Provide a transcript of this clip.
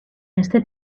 este